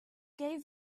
gave